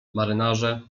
marynarze